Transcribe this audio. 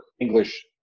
English